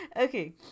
Okay